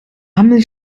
milch